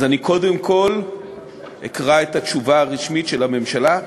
אז קודם כול אני אקרא את התשובה הרשמית של הממשלה,